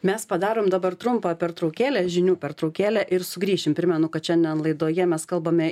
mes padarom dabar trumpą pertraukėlę žinių pertraukėlę ir sugrįšim primenu kad šiandien laidoje mes kalbame